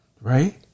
Right